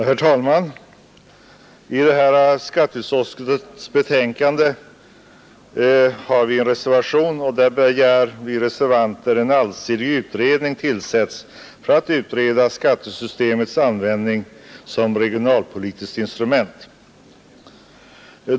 Herr talman! Vid detta skatteutskottets betänkande är fogad en reservation där vi reservanter begär att en allsidig utredning tillsätts för att utreda skattesystemets användning som regionalpolitiskt instrument.